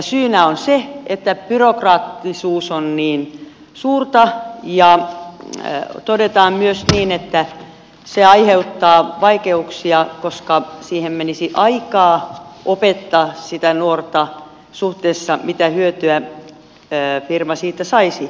syynä on se että byrokraattisuus on niin suurta ja todetaan myös niin että se aiheuttaa vaikeuksia koska menisi aikaa opettaa nuorta suhteessa siihen mitä hyötyä firma siitä saisi